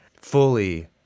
fully